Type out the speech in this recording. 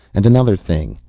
and another thing,